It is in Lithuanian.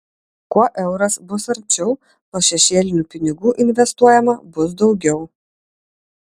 kuo euras bus arčiau tuo šešėlinių pinigų investuojama bus daugiau